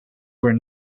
were